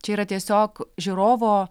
čia yra tiesiog žiūrovo